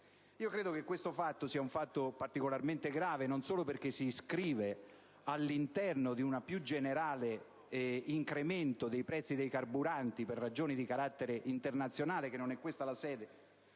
Io credo che questo fatto sia particolarmente grave, perché si inscrive non solo all'interno di un più generale incremento dei prezzi dei carburanti, per ragioni di carattere internazionale - ma non è questa la sede